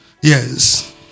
Yes